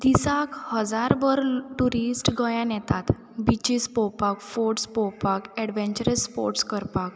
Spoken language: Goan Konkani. दिसाक हजारभर ट्युरिस्ट गोंयान येतात बिचीस पोवपाक फोर्ट्स पोवपाक एडवेंचरस स्पोर्ट्स करपाक